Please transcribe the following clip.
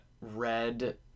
red